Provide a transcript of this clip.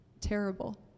terrible